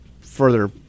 further